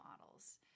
models